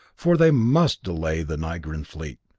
for they must delay the nigran fleet.